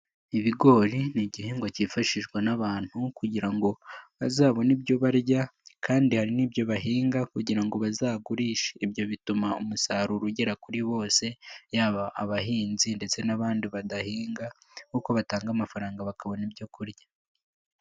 Ibigori ni igihingwa cyifashishwa n'abantu kugira ngo bazabone ibyo barya kandi hari n'ibyo bahinga kugira ngo bazagurishe. Ibyo bituma umusaruro ugera kuri bose, yaba abahinzi ndetse n'abandi badahinga kuko batanga amafaranga bakabona ibyo kurya.